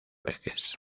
ejes